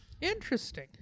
Interesting